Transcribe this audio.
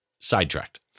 sidetracked